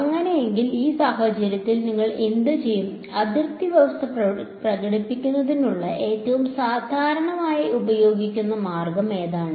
അങ്ങനെയെങ്കിൽ ഈ സാഹചര്യത്തിൽ നിങ്ങൾ എന്ത് ചെയ്യും അതിർത്തി വ്യവസ്ഥ പ്രകടിപ്പിക്കുന്നതിനുള്ള ഏറ്റവും സാധാരണയായി ഉപയോഗിക്കുന്ന മാർഗം ഏതാണ്